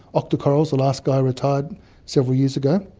octocorals, the last guy retired several years ago.